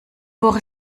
woche